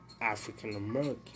african-american